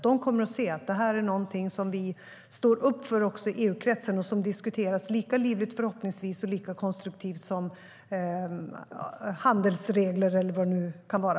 De kommer att se att detta är någonting vi står upp för i EU-kretsen och någonting som diskuteras lika livligt - förhoppningsvis - och lika konstruktivt som handelsregler eller vad det nu kan vara.